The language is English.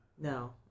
No